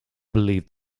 believed